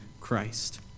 Christ